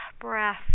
breath